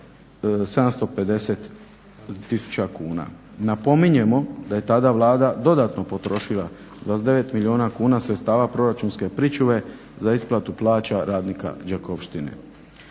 750 tisuća kuna. Napominjemo da je tada Vlada dodatno potrošila, 29 milijuna kuna sredstava proračunske pričuve za isplatu plaća radnika Đakovštine.